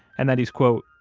and that he's, quote,